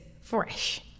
fresh